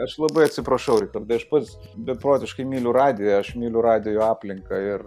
aš labai atsiprašau richardai aš pats beprotiškai myliu radiją aš myliu radijo aplinką ir